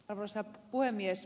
arvoisa puhemies